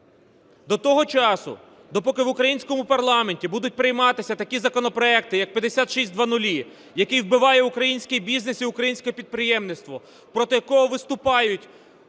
До того часу, допоки в українському парламенті будуть прийматися такі законопроекти як 5600, який вбиває український бізнес і українське підприємництво, проти якого виступають